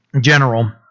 general